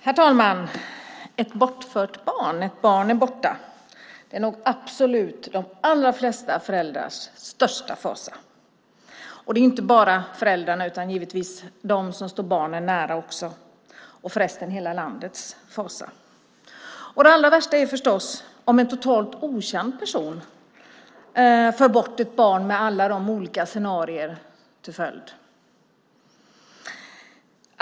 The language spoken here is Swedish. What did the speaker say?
Herr talman! Ett bortfört barn, ett barn som är borta - det är nog absolut de allra flesta föräldrars största fasa. Det är inte bara föräldrarnas fasa, utan det gäller givetvis också dem som står barnen nära. Det är förresten hela landets fasa. Det allra västa är förstås om en totalt okänd person för bort ett barn, med alla de olika scenarier som det kan få till följd.